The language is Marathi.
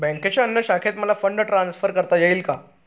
बँकेच्या अन्य शाखेत मला फंड ट्रान्सफर करता येईल का?